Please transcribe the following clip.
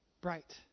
bright